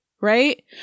Right